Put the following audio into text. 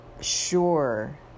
sure